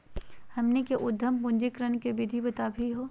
हमनी के उद्यम पंजीकरण के विधि बताही हो?